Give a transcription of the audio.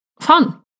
fun